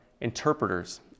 interpreters